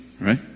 right